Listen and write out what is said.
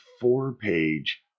four-page